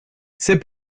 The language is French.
c’est